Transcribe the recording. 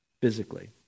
physically